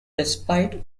despite